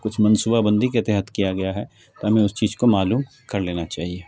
کچھ منصوبہ بندی کے تحت کیا گیا ہے تو ہمیں اس چیز کو معلوم کر لینا چاہیے